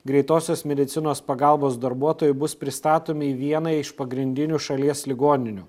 greitosios medicinos pagalbos darbuotojai bus pristatomi į vieną iš pagrindinių šalies ligoninių